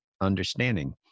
understanding